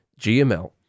GML